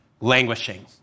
Languishing